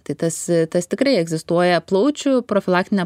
tai tas tas tikrai egzistuoja plaučių profilaktinė